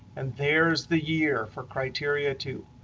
and there's the year for criteria two.